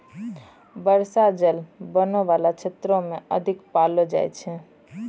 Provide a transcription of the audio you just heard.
बर्षा जल बनो बाला क्षेत्र म अधिक पैलो जाय छै